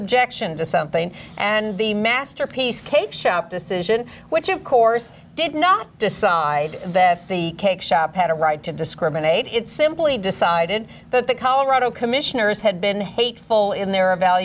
objection to something and the masterpiece cake shop decision which of course did not decide that the cake shop had a right to discriminate it simply decided that the colorado commissioners had been hateful in the